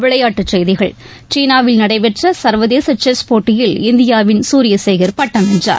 விளையாட்டுச் செய்திகள் சீனாவில் நடைபெற்ற சர்வதேச செஸ் போட்டியில் இந்தியாவின் சூரியசேகர் பட்டம் வென்றார்